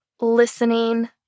listening